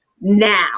now